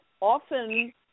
often